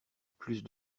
plus